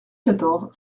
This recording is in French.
quatorze